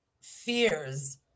fears